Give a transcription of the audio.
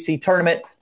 tournament